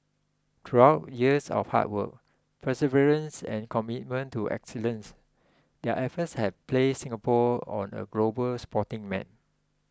throughout years of hard work perseverance and commitment to excellence their efforts have placed Singapore on the global sporting map